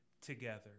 together